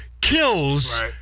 kills